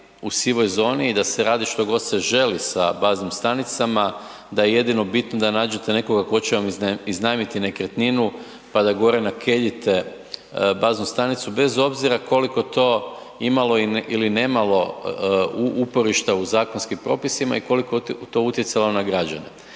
u sivoj zoni i da se radi što god se želi sa baznim stanicama, da je jedino bitno da nađete nekoga tko će vam iznajmiti nekretninu pa da gore nakeljite baznu stanicu bez obzira koliko to imalo ili nemalo uporišta u zakonskim propisima i koliko to utjecalo na građane.